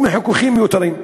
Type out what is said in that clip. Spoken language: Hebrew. ומחיכוכים מיותרים.